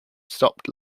stopped